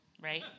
right